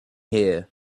here